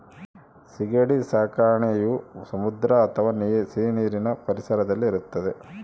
ಸೀಗಡಿ ಸಾಕಣೆಯು ಸಮುದ್ರ ಅಥವಾ ಸಿಹಿನೀರಿನ ಪರಿಸರದಲ್ಲಿ ಇರುತ್ತದೆ